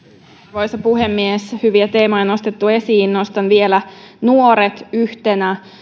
arvoisa puhemies hyviä teemoja on nostettu esiin nostan vielä nuoret yhtenä